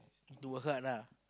to work hard lah